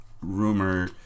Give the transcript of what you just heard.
rumor